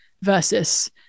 versus